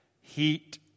heat